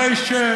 אתה איש מכובד,